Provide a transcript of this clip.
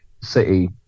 City